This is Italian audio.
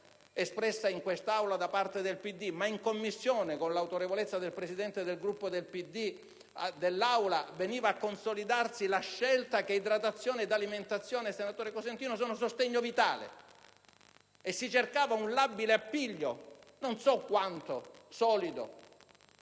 espressa in quest'Aula dal Partito Democratico, ma in Commissione, con l'autorevolezza della presidente Finocchiaro, veniva a consolidarsi la scelta che idratazione ed alimentazione, senatore Cosentino, sono sostegno vitale e si cercava un labile appiglio, non so quanto solido,